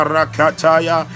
Rakataya